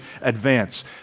advance